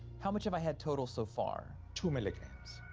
how much have i had total so far? two milligrams.